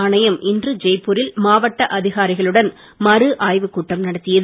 ஆணையம் இன்று ஜெய்ப்பூரில் மாவட்ட அதிகாரிகளுடன் மறு ஆய்வுக் கூட்டம் நடத்தியது